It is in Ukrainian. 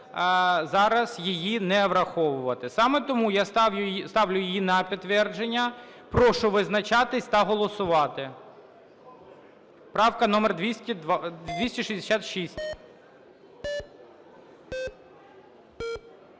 зараз її не враховувати. Саме тому я ставлю її на підтвердження. Прошу визначатись та голосувати. Правка номер 266.